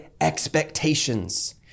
expectations